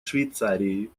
швейцарии